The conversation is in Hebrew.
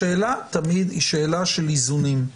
השאלה תמיד היא שאלה של איזונים;